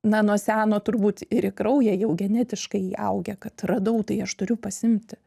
na nuo seno turbūt ir į kraują jau genetiškai įaugę kad radau tai aš turiu pasiimti